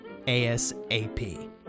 ASAP